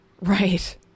Right